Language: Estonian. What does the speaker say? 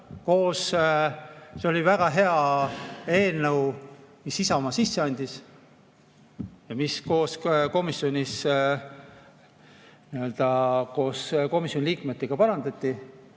Jah, see oli väga hea eelnõu, mille Isamaa sisse andis ja mida komisjonis koos komisjoni liikmetega parandati.